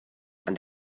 and